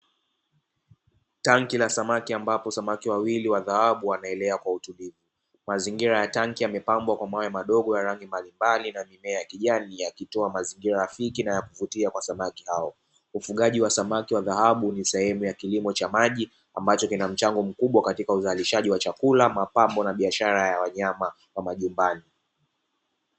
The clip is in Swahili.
Tanki La samaki ambapo samaki wawili wa dhahabu wanaelea kwa utulivu, mazingira ya tanki yamepambwa kwa mawe madogo ya rangi mbalimbali na mimea ya kijani yakitoa mazingira rafiki.